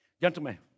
Gentlemen